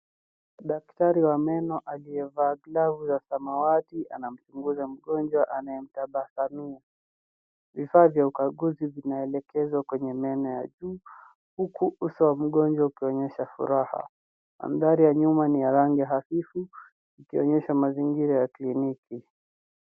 Daktari wa meno aliyevaa glavu ya samawati, anamchunguza mgonjwa, anayemtabasamia. Vifaa vya ukanguzi vinaelekezwa kwenye meno ya juu, huku uso wa mgonjwa ukionyesha furaha. Mandhari ya nyuma ni ya rangi hafifu, ikionyesha mazingira ya kliniki.